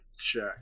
check